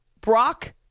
Brock